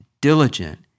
diligent